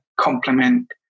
complement